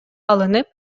алынып